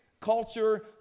culture